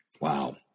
Wow